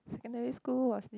secondary school was